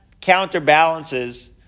counterbalances